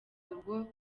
ubwo